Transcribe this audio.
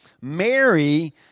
Mary